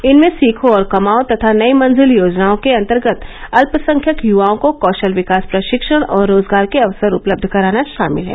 इनमें सीखो और कमाओ तथा नई मंजिल योजनाओं के अंतर्गत अत्यसंख्यक युवाओं को कौशल विकास प्रशिक्षण और रोजगार के अवसर उपलब्ध कराना शामिल है